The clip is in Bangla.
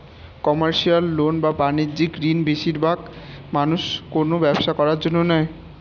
কমার্শিয়াল লোন বা বাণিজ্যিক ঋণ বেশিরবাগ মানুষ কোনো ব্যবসা করার জন্য নেয়